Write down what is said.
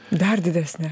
dar didesnė